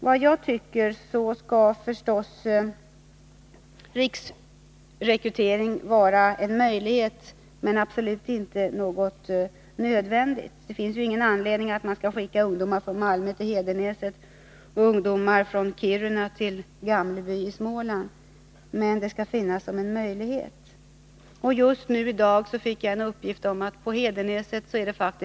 Som jag ser det bör riksrekrytering kunna vara en möjlighet, men inte någonting nödvändigt — det finns ju heller ingen anledning att skicka ungdomar från Malmö till Hedenäset eller ungdomar från Kiruna till Gamleby i Småland.